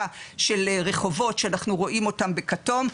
של רחובות שאנחנו רואים אותם בכתום.